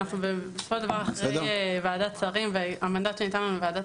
בסופו של דבר אנחנו אחרי ועדת שרים והמנדט שניתן לנו על-ידי ועדת